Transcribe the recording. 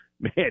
man